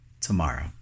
tomorrow